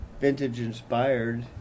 vintage-inspired